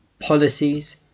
Policies